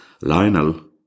Lionel